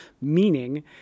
meaning